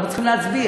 אנחנו צריכים להצביע.